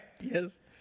Yes